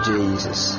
Jesus